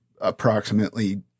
approximately